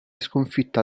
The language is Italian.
sconfitta